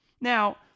Now